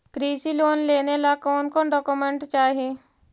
कृषि लोन लेने ला कोन कोन डोकोमेंट चाही?